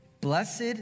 Blessed